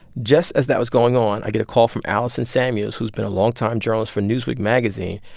just as that was going on, i get a call from allison samuels, who's been a longtime journalist for newsweek magazine.